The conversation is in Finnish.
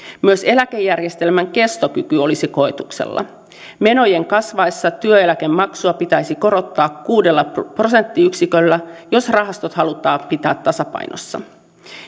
myös eläkejärjestelmän kestokyky olisi koetuksella menojen kasvaessa työeläkemaksua pitäisi korottaa kuudella prosenttiyksiköllä jos rahastot halutaan pitää tasapainossa